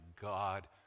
God